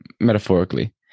metaphorically